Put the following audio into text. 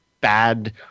bad